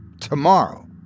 Tomorrow